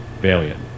Valiant